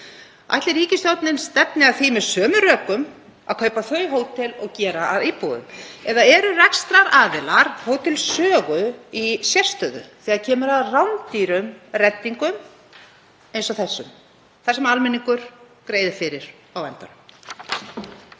Ætli ríkisstjórnin stefni að því með sömu rökum að kaupa þau hótel og gera að íbúðum? Eða eru rekstraraðilar Hótel Sögu í sérstöðu þegar kemur að rándýrum reddingum eins og þessum sem almenningur greiðir fyrir á endanum?